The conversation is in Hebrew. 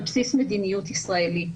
על בסיס מדיניות ישראלית,